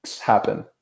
happen